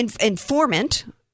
informant